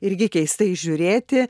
irgi keistai žiūrėti